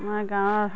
আমাৰ গাঁৱৰ